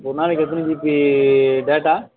ஒரு நாளைக்கு எத்தனை ஜிபி டேட்டா